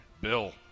Bill